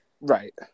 right